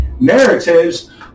narratives